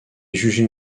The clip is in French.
jugé